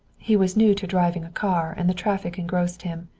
he was new to driving a car, and the traffic engrossed him.